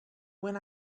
when